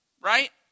right